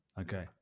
Okay